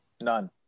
None